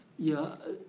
yeah,